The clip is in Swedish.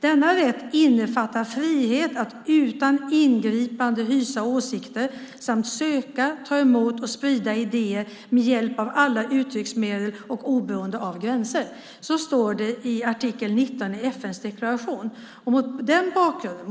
Denna rätt innefattar frihet att utan ingripande hysa åsikter samt söka, sprida och ta emot idéer med hjälp av alla uttrycksmedel och oberoende av gränser. Så står det i artikel 19 i FN:s deklaration.